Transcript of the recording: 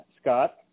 Scott